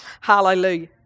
hallelujah